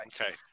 Okay